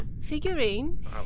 figurine